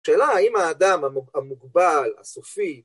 שאלה האם האדם המוגבל, הסופי